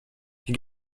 hier